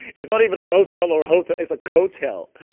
it's not even a motel or a hotel. it's a cotel.